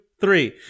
three